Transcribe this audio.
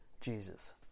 Jesus